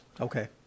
Okay